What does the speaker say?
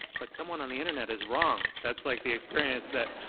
but someone on the internet is wrong. that's like the experience that